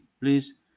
Please